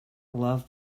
loved